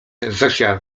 zosia